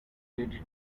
ready